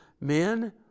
men